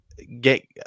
get